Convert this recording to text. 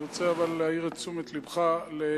אבל אני רוצה להעיר את תשומת לבך למזרח-ירושלים,